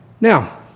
Now